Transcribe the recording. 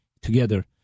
together